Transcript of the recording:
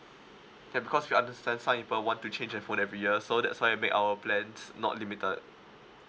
ya because we understand some people want to change their phone every year so that's why we make our plans not limited